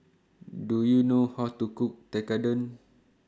Do YOU know How to Cook Tekkadon